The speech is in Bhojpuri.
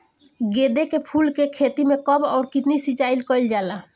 गेदे के फूल के खेती मे कब अउर कितनी सिचाई कइल जाला?